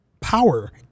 power